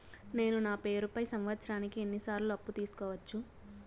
నేను నా పేరుపై సంవత్సరానికి ఎన్ని సార్లు అప్పు తీసుకోవచ్చు?